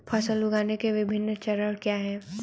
फसल उगाने के विभिन्न चरण क्या हैं?